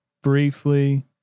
briefly